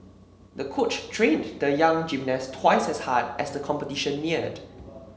the coach trained the young gymnast twice as hard as the competition neared